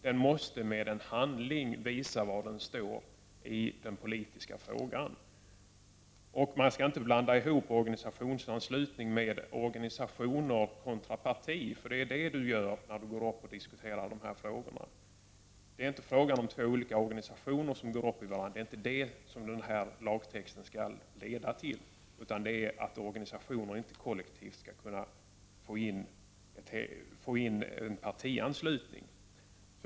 Hon måste med en handling visa var hon står i den politiska frågan. Man skall inte blanda ihop organisationsanslutning med organisationer kontra partier, som Lars-Ove Hagberg gör när han diskuterar den här frågan. Lagtexten skall inte leda till att två olika organisationer går upp i varandra, utan det är fråga om att organisationer inte skall få göra en kollektiv partianslutning.